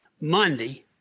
Monday